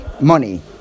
money